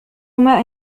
ماء